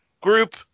group